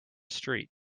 street